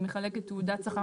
היא מחלקת תעודת סחר.